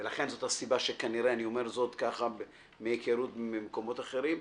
זאת הסיבה שכנראה דחו אותם אני אומר את זה מהכרות ממקומות אחרים.